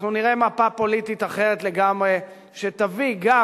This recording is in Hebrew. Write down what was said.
אנחנו נראה מפה פוליטית אחרת לגמרי שתביא גם